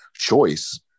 Choice